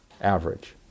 average